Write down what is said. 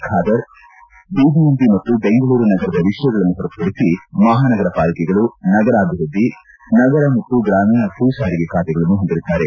Khader IIMP ಮತ್ತು ಬೆಂಗಳೂರು ನಗರದ ವಿಷಯಗಳನ್ನು ಹೊರತುಪಡಿಸಿ ಮಹಾನಗರ ಪಾಲಿಕೆಗಳು ನಗರಾಭಿವೃದ್ಧಿ ನಗರ ಮತ್ತು ಗ್ರಾಮೀಣ ಭೂ ಸಾರಿಗೆ ಖಾತೆಗಳನ್ನು ಹೊಂದಿರುತ್ತಾರೆ